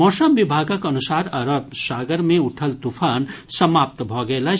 मौसम विभागक अनुसार अरब सागर मे उठल तूफान समाप्त भऽ गेल अछि